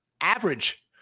average